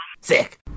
Sick